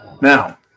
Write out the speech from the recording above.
Now